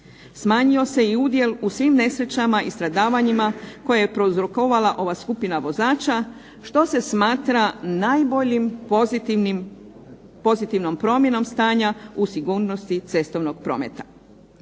Smanjio se i udjel u svim nesrećama i stradavanjima koje je prouzrokovala ova skupina vozača što se smatra najboljom pozitivnom promjenom stanja u sigurnosti cestovnog prometa.